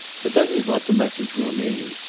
but that is what the message will mean.